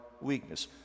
weakness